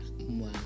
wow